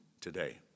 today